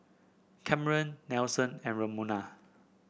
Cameron Nelson and Ramona